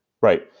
right